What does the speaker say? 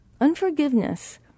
Unforgiveness